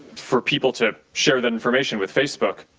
for people to share that information with facebook,